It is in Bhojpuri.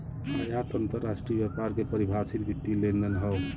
आयात अंतरराष्ट्रीय व्यापार के परिभाषित वित्तीय लेनदेन हौ